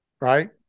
right